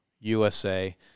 USA